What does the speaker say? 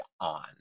on